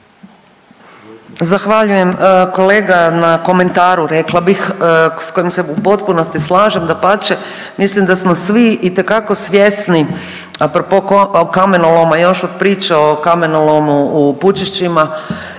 Zahvaljujem kolega na komentaru, rekla bih, s kojim se u potpunosti slažem, dapače. Mislim da smo svi itekako svjesni apropo kamenoloma još od priče o kamenolomu u Pučišćima